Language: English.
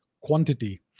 quantity